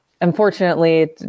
unfortunately